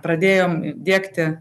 pradėjom diegti